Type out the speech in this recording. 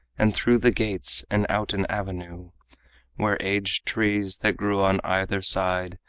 and through the gates and out an avenue where aged trees that grew on either side,